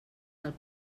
del